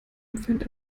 empfand